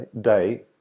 day